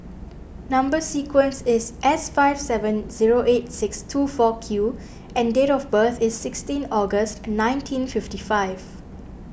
Number Sequence is S five seven zero eight six two four Q and date of birth is sixteen August nineteen fifty five